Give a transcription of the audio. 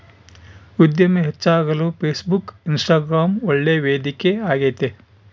ಉದ್ಯಮ ಹೆಚ್ಚಾಗಲು Facebook, Instagram ಒಳ್ಳೆ ವೇದಿಕೆ ಆಗೈತೆ